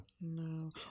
No